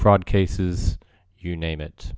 fraud cases you name it